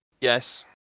Yes